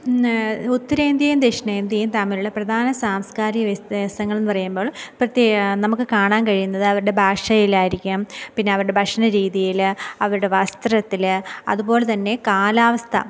പിന്നെ ഉത്തരേന്ത്യയും ദക്ഷിണേന്ത്യയും തമ്മിലുള്ള പ്രധാന സാംസ്കാരിക വ്യത്യാസങ്ങള് എന്നു പറയുമ്പോള് പ്രത്യേക നമുക്ക് കാണാന് കഴിയുന്നത് അവരുടെ ഭാഷയില് ആയിരിക്കാം പിന്നവരുടെ ഭക്ഷണ രീതിയിൽ അവരുടെ വസ്ത്രത്തിൽ അതുപോലെ തന്നെ കാലാവസ്ഥ